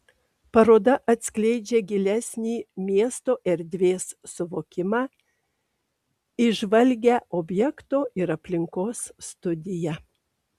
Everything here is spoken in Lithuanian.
paroda atskleidžia gilesnį miesto erdvės suvokimą įžvalgią objekto ir aplinkos studiją